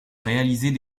réaliser